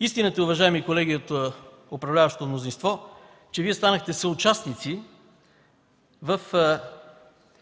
Истината, уважаеми колеги от управляващото мнозинство, е, че Вие станахте съучастници в